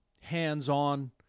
hands-on